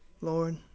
Lord